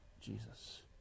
Jesus